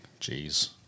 Jeez